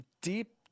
deep